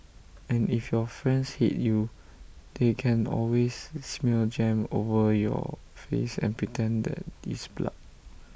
and if your friends hate you they can always smear jam over your face and pretend that it's blood